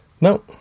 No